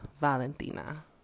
Valentina